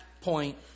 point